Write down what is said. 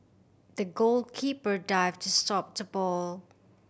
the goalkeeper dived to stop the ball